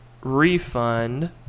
refund